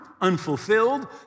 unfulfilled